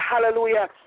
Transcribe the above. Hallelujah